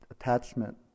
attachment